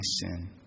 sin